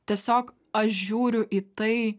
tiesiog aš žiūriu į tai